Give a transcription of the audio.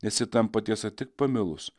nes ji tampa tiesa tik pamilus